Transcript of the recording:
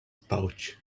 pouch